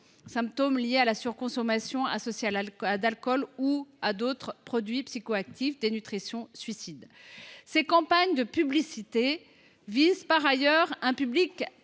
symptômes liés à la surconsommation associée d’alcool ou d’autres produits psychoactifs, dénutrition, suicide, etc. Ces campagnes de publicité visent par ailleurs un public très